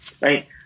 right